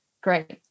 great